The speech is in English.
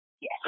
Yes